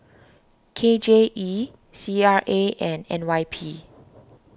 K J E C RA and N Y P